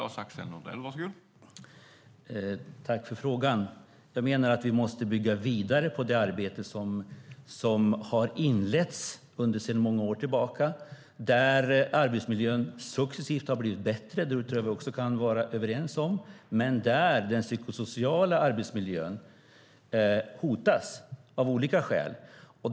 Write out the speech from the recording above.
Herr talman! Tack för frågan! Jag menar att vi måste bygga vidare på det arbete som har inletts sedan många år tillbaka, där arbetsmiljön successivt har blivit bättre - det tror jag att vi kan vara överens om - men där den psykosociala arbetsmiljön hotas av olika skäl.